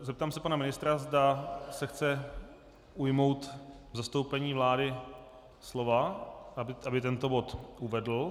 Zeptám se pana ministra, zda se chce ujmout v zastoupení vlády slova, aby tento bod uvedl.